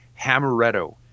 Hamaretto